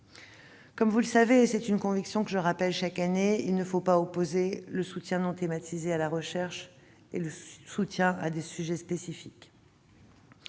Comme vous le savez, et c'est une conviction que je rappelle chaque année, il ne faut pas opposer le soutien non thématisé à la recherche et le soutien à des sujets spécifiques.